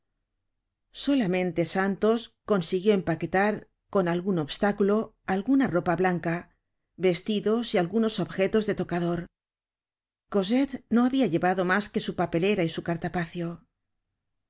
solamente santos consiguió empaquetar con algun obstáculo alguna ropa blanca vestidos y algunos objetos de tocador cosette no habia llevado mas que su papelera y su